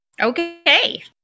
Okay